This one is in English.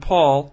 Paul